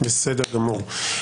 בסדר גמור.